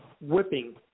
whipping